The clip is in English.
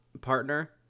partner